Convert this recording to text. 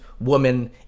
woman